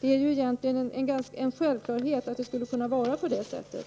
Det är ju egentligen en självklarhet att det skulle kunna vara på det sättet.